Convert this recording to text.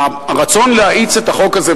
הרצון להאיץ את החוק הזה,